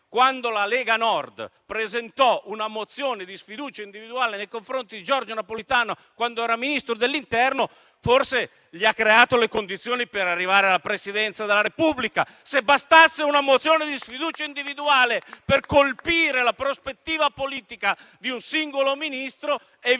Quando la Lega Nord presentò una mozione di sfiducia individuale nei confronti di Giorgio Napolitano, allora Ministro dell'interno, forse ha creato le condizioni perché arrivasse alla Presidenza della Repubblica. Se bastasse una mozione di sfiducia individuale per colpire la prospettiva politica di un singolo Ministro,